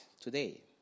today